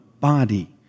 body